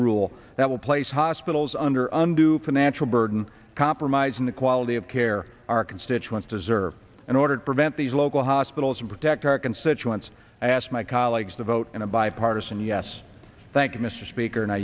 rule that will place hospitals under a new financial burden compromising the quality of care our constituents deserve in order to prevent these local hospitals and protect our constituents i asked my colleagues to vote in a bipartisan yes thank you mr speaker